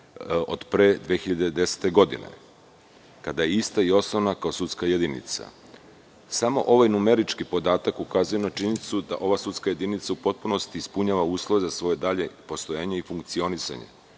od pre 2010. godine, kada je ista i osnovana kao sudska jedinica. Samo ovaj numerički podatak ukazuje na činjenicu da ova sudska jedinica u potpunosti ispunjava uslove za svoje dalje postojanje i funkcionisanje.